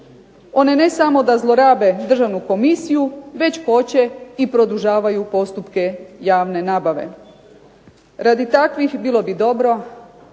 One ne samo da zlorabe Državnu komisiju već koče i produžavaju postupke javne nabave. Radi takvih bilo bi dobro,